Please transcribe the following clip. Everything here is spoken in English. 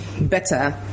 better